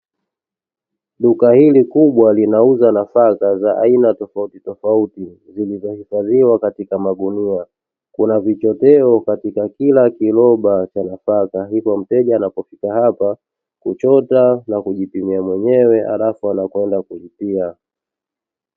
Duka hili kubwa linauza nafaka za aina tofautitofauti zilizohifadhiwa katika magunia kunavichoteo katika kila kiloba cha nafaka, hivyo mteja anavyofika hapa kuchota na kujipimia mwenyewe alafu anakwenda kulipia.